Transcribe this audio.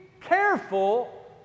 careful